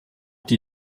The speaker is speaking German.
die